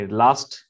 last